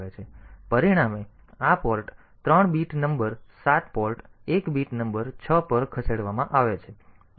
તેથી પરિણામે આ port 3 bit number 7 port 1 bit number 6 પર ખસેડવામાં આવે છે અને પછી SJMP શરૂ થાય છે